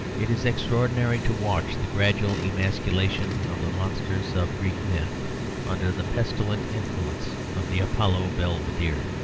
it is extraordinary to watch the gradual emasculation of the monsters of greek myth under the pestilent influence of the apollo belvedere.